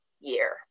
year